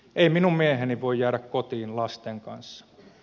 ei minun mieheni voi jäädä kotiin lasten kanssa